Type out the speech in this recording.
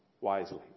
wisely